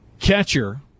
catcher